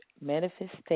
manifestation